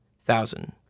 thousand